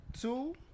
Two